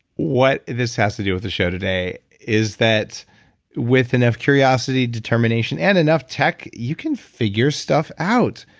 what this has to do with the show today is that with enough curiosity, determination and enough tech, you can figure stuff out.